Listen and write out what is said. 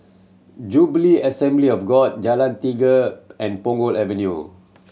Jubilee Assembly of God Jalan Tiga and Punggol Avenue